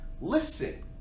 listen